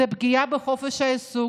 זו פגיעה בחופש העיסוק,